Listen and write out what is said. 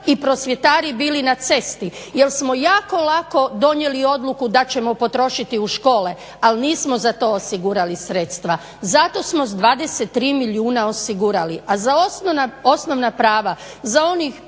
i prosvjetari bili na cesti, jel smo jako lako donijeli odluku da ćemo potrošiti u škole ali nismo za to osigurali sredstva. Zato smo s 23 milijuna osigurali. A za osnovna prava za onih